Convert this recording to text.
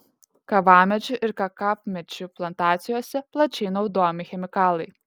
kavamedžių ir kakavmedžių plantacijose plačiai naudojami chemikalai